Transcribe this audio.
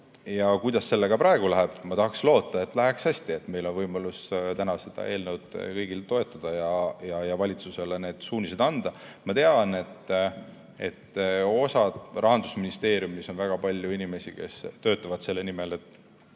Kuidas sellega praegu läheb? Ma tahaks loota, et läheb hästi. Meil kõigil on võimalus täna seda eelnõu toetada ja valitsusele suuniseid anda. Ma tean, et Rahandusministeeriumis on väga palju inimesi, kes töötavad selle nimel, et